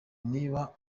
niba